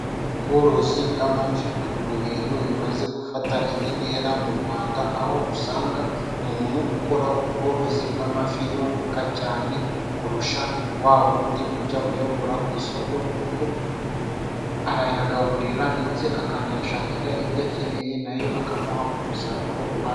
Ubworozi bw'amafi buri mu bintu bimaze gufata indi ntera mu rwanda, aho usanga umuntu ukora ubworozi bw'amafi yunguka cyane kurusha wa wundi ujya kuyagura ku isoko kuko, arayagaburira ndetse akanayashakira ibyo akeneye nayo akamuha umusaruro uha.